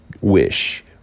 wish